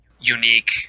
unique